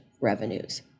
revenues